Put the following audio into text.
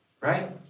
right